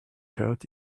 shirt